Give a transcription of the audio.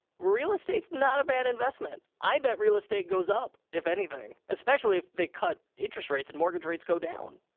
real estate's not a bad investment. i bet real estate goes up, if anything, especially if they cut interest rates and mortgage rates go down.